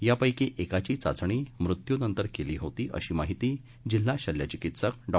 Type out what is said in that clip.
यापैकी एकाची चाचणी मृत्यूनंतर केली होती अशी माहिती जिल्हा शल्यचिक्सिक डॉ